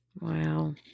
Wow